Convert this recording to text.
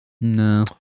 No